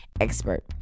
expert